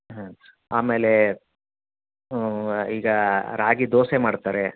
ಹಾಂ ಆಮೇಲೆ ಈಗ ರಾಗಿ ದೋಸೆ ಮಾಡ್ತಾರೆ